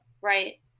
Right